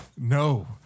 No